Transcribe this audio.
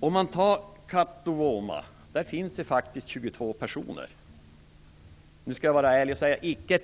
I Kattuvuoma finns det faktiskt 22 personer. Jag skall vara ärlig och säga att de icke